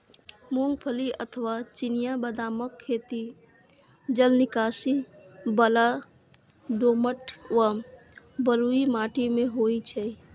मूंगफली अथवा चिनिया बदामक खेती जलनिकासी बला दोमट व बलुई माटि मे होइ छै